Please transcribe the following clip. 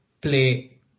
play